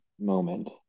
moment